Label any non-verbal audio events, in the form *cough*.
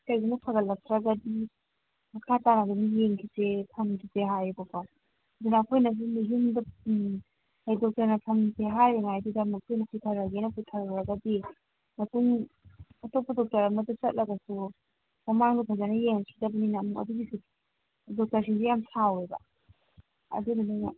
ꯀꯩꯒꯨꯝꯕ ꯐꯒꯠꯂꯛꯇ꯭ꯔꯒꯗꯤ ꯃꯈꯥ ꯇꯥꯕꯗꯤ ꯌꯦꯡꯈꯤꯁꯦ ꯊꯝꯈꯤꯁꯦ ꯍꯥꯏꯌꯦꯕꯀꯣ ꯑꯗꯨꯅ ꯑꯩꯈꯣꯏꯅ ꯌꯨꯝꯗ ꯍꯥꯏꯗꯤ ꯗꯣꯛꯇꯔꯅ ꯊꯝꯈꯤꯁꯦ ꯍꯥꯏꯔꯤꯉꯩꯗꯨꯗ ꯑꯃꯨꯛ ꯑꯩꯈꯣꯏꯅ ꯄꯨꯊꯔꯒꯦꯅ ꯄꯨꯊꯔꯨꯔꯒꯗꯤ ꯃꯇꯨꯡ ꯑꯇꯣꯞꯄ ꯗꯣꯛꯇꯔ ꯑꯃꯗ ꯆꯠꯂꯒꯁꯨ ꯃꯃꯥꯡꯗ ꯐꯖꯅ ꯌꯦꯡꯉꯛꯈꯤꯗꯕꯅꯤꯅ ꯑꯃꯨꯛ ꯑꯗꯨꯒꯤꯁꯨ ꯗꯣꯛꯇꯔꯁꯤꯡꯁꯦ ꯌꯥꯝ ꯁꯥꯎꯋꯦꯕ ꯑꯗꯨꯅ *unintelligible*